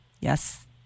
Yes